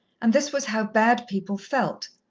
and this was how bad people felt.